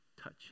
touch